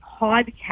podcast